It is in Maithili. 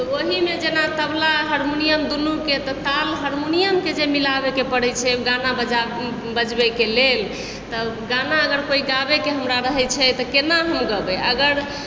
तऽ ओहिमे जेना तबला हारमोनियम दुनूके तऽ ताल हरमुनियमके जे मिलाबैके पड़ै छै गाना बजबैके लेल तऽ गाना कोइ हमरा गाबै के रहै छै तऽ केना हम गेबै